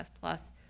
Plus